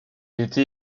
était